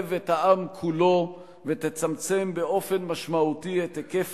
תחייב את העם כולו ותצמצם באופן משמעותי את היקף